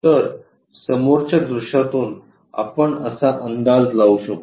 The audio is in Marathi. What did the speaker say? तर समोरच्या दृश्यातून आपण असा अंदाज लावू शकतो